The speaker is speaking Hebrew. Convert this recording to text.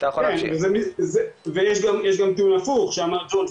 יש גם טיעון הפוך שאמר ג'ורג',